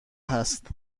هست